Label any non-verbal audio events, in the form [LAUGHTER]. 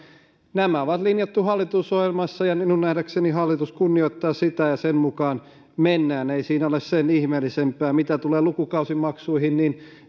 nämä on linjattu hallitusohjelmassa ja minun nähdäkseni hallitus kunnioittaa sitä ja sen mukaan mennään ei siinä ole sen ihmeellisempää mitä tulee lukukausimaksuihin niin [UNINTELLIGIBLE]